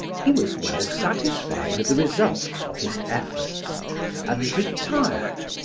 he was well satisfied with the results of his efforts and retired,